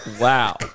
Wow